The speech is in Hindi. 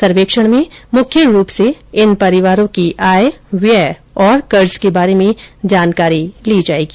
सर्वेक्षण में मुख्य रूप से इन परिवारों की आय व्यय और कर्ज के बारे में जानकारी ली जाएगी